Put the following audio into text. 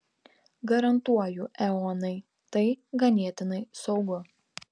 garantuoju eonai tai ganėtinai saugu